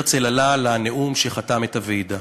הרצל עלה לנאום שחתם את הוועידה.